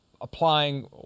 applying